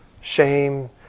shame